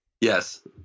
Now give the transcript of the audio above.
Yes